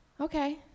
okay